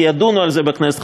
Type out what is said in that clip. כי ידונו בזה בכנסת,